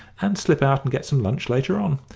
and slip out and get some lunch later on.